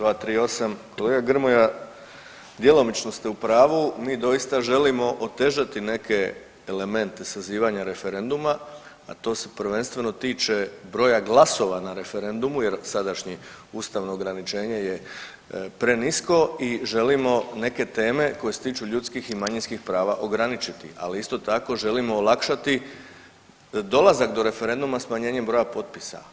238, kolega Grmoja, djelomično ste u pravu, mi doista želimo otežati neke elemente sazivanja referenduma, a to se prvenstveno tiče broja glasova na referendumu jer sadašnji ustavno ograničenje je prenisko i želimo neke teme koje se tiču ljudskih i manjinskih prava ograničiti, ali isto tako, želimo olakšati dolazak do referenduma smanjenjem broja potpisa.